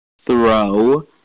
throw